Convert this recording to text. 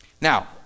Now